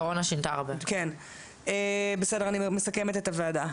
אני מסכמת את הוועדה.